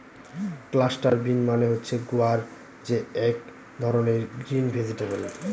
cluster bean মানে হচ্ছে গুয়ার যে এক ধরনের গ্রিন ভেজিটেবল